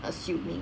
assuming